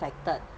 affected